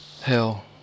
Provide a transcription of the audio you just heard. hell